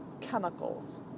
chemicals